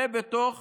ובתוך